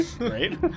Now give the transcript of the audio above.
Right